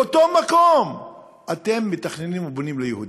באותו מקום אתם מתכננים ובונים ליהודים.